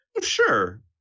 Sure